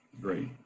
great